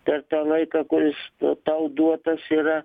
per tą laiką kuris tau duotas yra